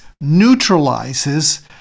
neutralizes